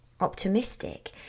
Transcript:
optimistic